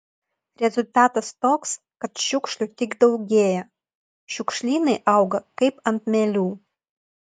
rezultatas toks kad šiukšlių tik daugėja šiukšlynai auga kaip ant mielių